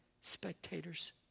Spectators